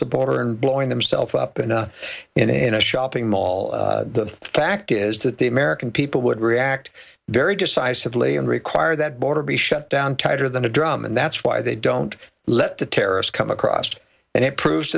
the border and blowing themselves up in a in a shopping mall the fact is that the american people would react very decisively and require that border be shut down tighter than a drum and that's why they don't let the terrorist come across and it prove